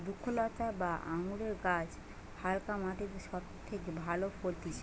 দ্রক্ষলতা বা আঙুরের গাছ হালকা মাটিতে সব থেকে ভালো ফলতিছে